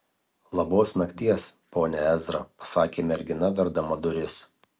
labos nakties pone ezra pasakė mergina verdama duris